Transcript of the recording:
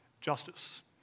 justice